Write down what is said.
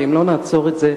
ואם לא נעצור את זה,